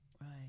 Right